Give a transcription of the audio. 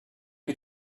you